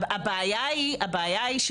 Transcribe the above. הבעיה היא,